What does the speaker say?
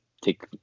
take